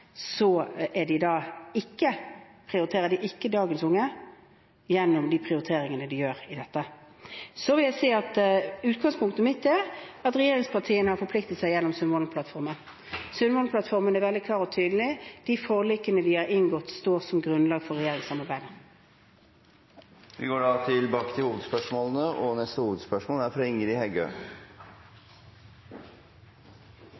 prioriterer de ikke dagens unge gjennom de prioriteringene de gjør. Så vil jeg si at utgangspunktet mitt er at regjeringspartiene har forpliktet seg gjennom Sundvolden-plattformen. Sundvolden-plattformen er veldig klar og tydelig, og de forlikene vi har inngått, står som grunnlag for regjeringssamarbeidet. Vi går videre til neste hovedspørsmål. Arbeidarpartiet er